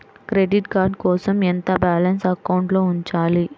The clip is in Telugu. క్రెడిట్ కార్డ్ కోసం ఎంత బాలన్స్ అకౌంట్లో ఉంచాలి?